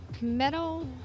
metal